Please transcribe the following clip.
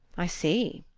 i see.